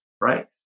right